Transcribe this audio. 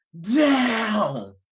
down